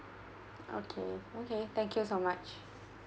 okay okay thank you so much